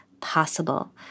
possible